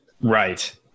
Right